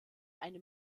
eine